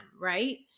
right